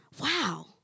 Wow